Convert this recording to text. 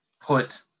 put